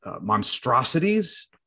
Monstrosities